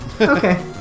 Okay